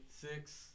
six